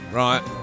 right